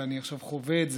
ואני עכשיו חווה את זה,